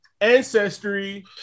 ancestry